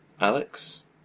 Alex